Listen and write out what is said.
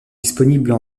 disponibles